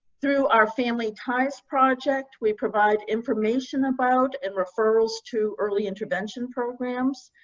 through our family ties project, we provide information about and referrals to early intervention programs.